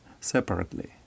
separately